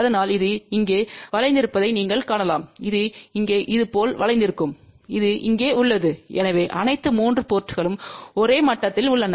அதனால் இது இங்கே வளைந்திருப்பதை நீங்கள் காணலாம் இது இங்கே இது போல வளைந்திருக்கும் இது இங்கே உள்ளது எனவே அனைத்து 3 போர்ட்ங்களும் ஒரே மட்டத்தில் உள்ளன